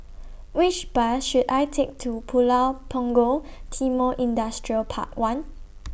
Which Bus should I Take to Pulau Punggol Timor Industrial Park one